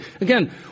again